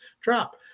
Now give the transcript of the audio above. drop